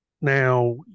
Now